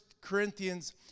Corinthians